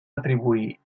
atribuir